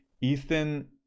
Ethan